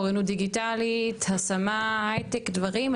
אוריינות דיגיטלית, השמה, הייטק, דברים.